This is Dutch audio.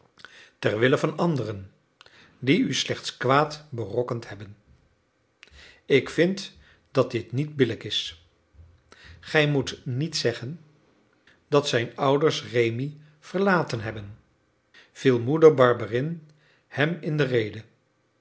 zijn terwille van anderen die u slechts kwaad berokkend hebben ik vind dat dit niet billijk is gij moet niet zeggen dat zijn ouders rémi verlaten hebben viel moeder barberin hem in de rede